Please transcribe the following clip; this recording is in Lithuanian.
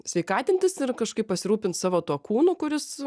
sveikatintis ir kažkaip pasirūpint savo tuo kūnu kuris